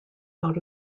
out